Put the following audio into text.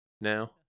now